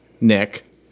Nick